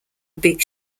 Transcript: big